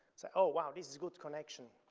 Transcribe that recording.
so, oh wow, this is good connection.